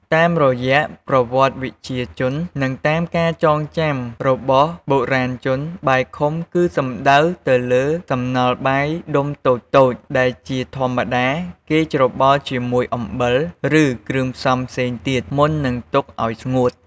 តាមរយៈប្រវត្តិវិជ្ជាជន និងការចងចាំរបស់បុរាណជន បាយខុំ គឺសំដៅទៅលើ សំណល់បាយដុំតូចៗ ដែលជាធម្មតាគេច្របល់ជាមួយអំបិល ឬគ្រឿងផ្សំផ្សេងទៀត មុននឹងទុកឲ្យស្ងួត។